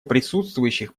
присутствующих